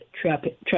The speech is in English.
traffic